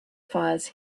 fires